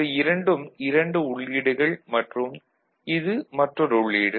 இவை இரண்டும் 2 உள்ளீடுகள் மற்றும் இது மற்றொரு உள்ளீடு